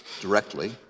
directly